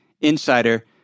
INSIDER